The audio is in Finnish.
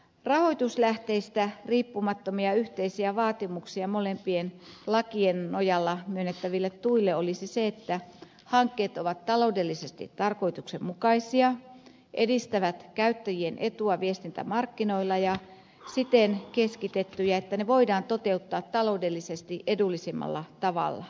rahoituslähteistä riippumattomia yhteisiä vaatimuksia molempien lakien nojalla myönnettäville tuille olisi se että hankkeet ovat taloudellisesti tarkoituksenmukaisia edistävät käyttäjien etua viestintämarkkinoilla ja ovat siten keskitettyjä että ne voidaan toteuttaa taloudellisesti edullisimmalla tavalla